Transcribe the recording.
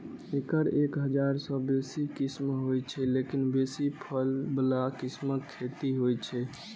एकर एक हजार सं बेसी किस्म होइ छै, लेकिन बेसी फल बला किस्मक खेती होइ छै